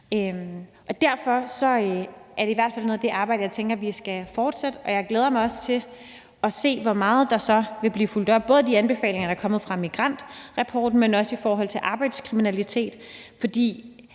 Derfor er det i hvert fald noget af det arbejde, jeg tænker vi skal fortsætte, og jeg glæder mig også til at se, hvor meget der så vil blive fulgt op på, både i forhold til de anbefalinger, der er kommet fra migrantrapporten, men også i forhold til arbejdskriminalitet.